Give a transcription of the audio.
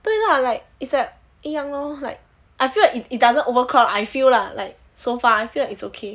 对 lah like it's like ya lor like I feel it doesn't overcrowd I feel lah like so far I feel it's okay